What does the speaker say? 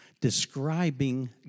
describing